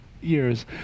years